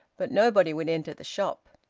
but nobody would enter the shop.